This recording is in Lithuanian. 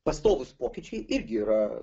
pastovūs pokyčiai irgi yra